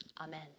Amen